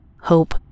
hope